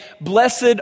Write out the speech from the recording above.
Blessed